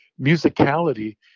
musicality